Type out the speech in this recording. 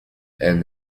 and